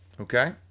Okay